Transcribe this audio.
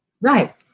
Right